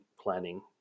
planning